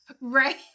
Right